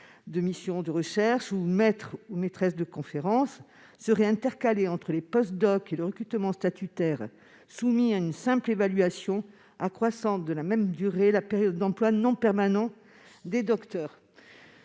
de chargé de recherche ou de maître ou maîtresse de conférences, seraient intercalés entre les postdoc et le recrutement statutaire, soumis à une simple évaluation, accroissant de la même durée la période d'emploi non permanent des docteurs.